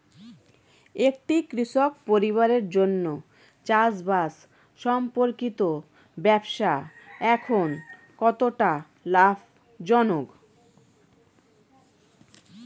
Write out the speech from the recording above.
একটি কৃষক পরিবারের জন্য চাষবাষ সম্পর্কিত ব্যবসা এখন কতটা লাভজনক?